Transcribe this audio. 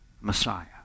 Messiah